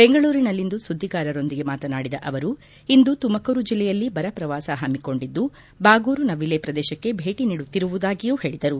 ಬೆಂಗಳೂರಿನಲ್ಲಿಂದು ಸುದ್ದಿಗಾರರೊಂದಿಗೆ ಮಾತನಾಡಿದ ಅವರು ಇಂದು ತುಮಕೂರು ಜಿಲ್ಲೆಯಲ್ಲಿ ಬರ ಪ್ರವಾಸ ಹಮ್ಮಿಕೊಂಡಿದ್ದು ಬಾಗೂರು ನವಿಲೆ ಪ್ರದೇಶಕ್ಕೆ ಭೇಟಿ ನೀಡುತ್ತಿರುವುದಾಗಿಯೂ ಹೇಳಿದರು